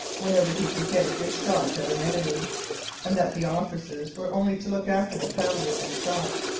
whenever he could get a good shot at an enemy and that the officers were only to look after the powder and shot,